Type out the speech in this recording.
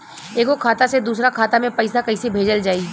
एगो खाता से दूसरा खाता मे पैसा कइसे भेजल जाई?